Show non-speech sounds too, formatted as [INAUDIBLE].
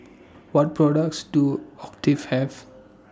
What products Do [UNINTELLIGIBLE] Have